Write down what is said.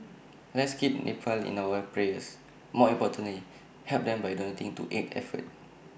let's keep Nepal in our prayers but more importantly help them by donating to aid effort